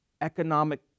economic